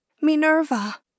Minerva